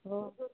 हां